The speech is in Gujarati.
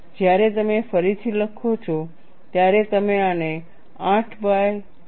જ્યારે તમે ફરીથી લખો છો ત્યારે તમે આને 8 બાય 0